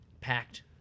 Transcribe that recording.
packed